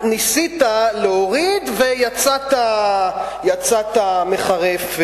ניסית להוריד ויצאת מחרף.